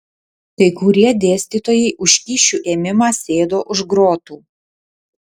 kai kurie dėstytojai už kyšių ėmimą sėdo už grotų